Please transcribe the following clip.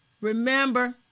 Remember